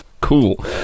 cool